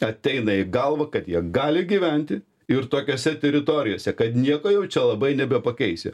ateina į galvą kad jie gali gyventi ir tokiose teritorijose kad nieko jau čia labai nebepakeisi